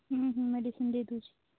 ହୁଁ ହୁଁ ମେଡ଼ିସିନ୍ ଦେଇ ଦେଉଛି